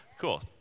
cool